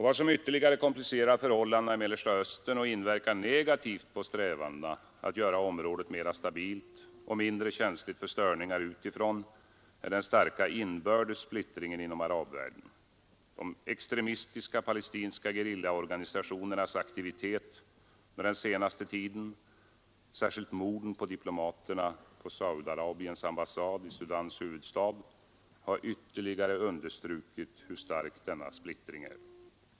Vad som ytterligare komplicerar förhållandena i Mellersta Östern och inverkar negativt på strävandena att göra området mera stabilt och mindre känsligt för störningar utifrån är den starka inbördes splittringen inom arabvärlden. De extremistiska palestinska gerillaorganisationernas aktivitet under den senaste tiden, särskilt morden på diplomaterna på Saudiarabiens ambassad i Sudans huvudstad har ytterligare understrukit hur stark denna splittring är.